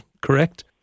correct